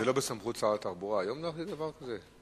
זה לא בסמכות שר התחבורה היום להחליט דבר כזה?